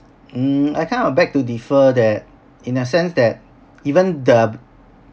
mm I kind of beg to differ that in a sense that even the